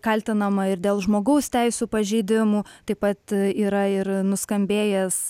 kaltinama ir dėl žmogaus teisių pažeidimų taip pat yra ir nuskambėjęs